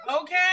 okay